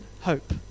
hope